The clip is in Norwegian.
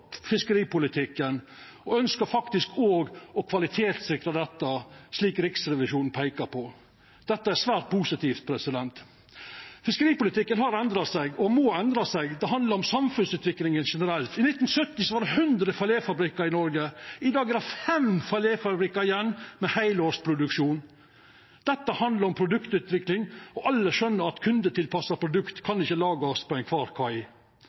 fiskeripolitikken, og ein ønskjer faktisk òg å kvalitetssikra dette, slik Riksrevisjonen peikar på. Dette er svært positivt. Fiskeripolitikken har endra seg og må endra seg. Det handlar om samfunnsutviklinga generelt. I 1970 var det hundre filetfabrikkar i Noreg, i dag er det fem filetfabrikkar igjen med heilårsproduksjon. Dette handlar om produktutvikling, og alle skjøner at kundetilpassa produkt ikkje kan lagast på kvar kai.